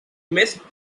missed